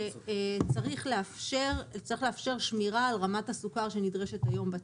שצריך לאפשר שמירה על רמת הסוכר שנדרשת היום בתקן.